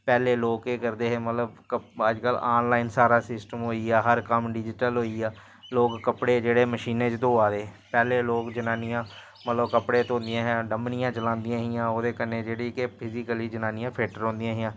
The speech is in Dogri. पैह्लें लोग केह् करदे हे मतलब कप अजकल्ल आनलाइन सारा सिस्टम होई गेआ हर कम्म डिजीटल होई गेआ लोग कपड़े जेह्ड़े मशीनै च धोआ दे पैह्लें लोग जनानियां मतलब कपड़े धोंदियां हियां डम्मनियां चलांदियां हियां ओह्दे कन्नै जेह्ड़ियां कि फिजिकली जनानियां फिट्ट रौंह्दियां हियां